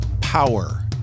power